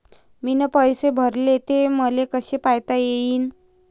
मीन पैसे भरले, ते मले कसे पायता येईन?